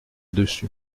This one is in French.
dessus